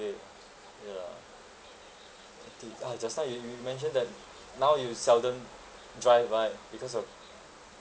it ya did ah just now you you mentioned that now you seldom drive right because of